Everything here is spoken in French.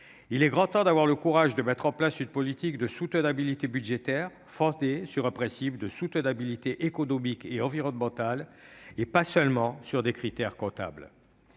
Il est grand temps d'avoir le courage de mettre en place une politique de soutenabilité budgétaire fondée sur un principe de soutenabilité économique et environnementale, et non pas seulement sur des critères comptables.